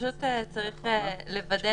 פשוט צריך לוודא